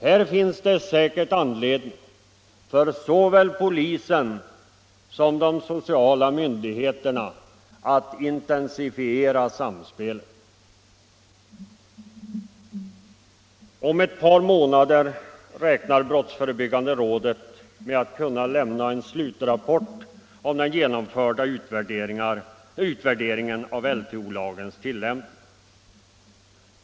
Här finns det säkerligen anledning för såväl polisen som de sociala myndigheterna att intensifiera samspelet. Om ett par månader räknar brottsförebyggande rådet med att kunna lämna en slutrapport om den genomförda utvärderingen av tillämpningen av LTO.